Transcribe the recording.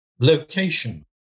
location